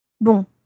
Bon